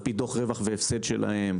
על פי דוח רווח והפסד שלהן,